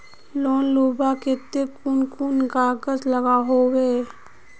Loan लुबार केते कुन कुन कागज लागोहो होबे?